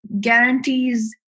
guarantees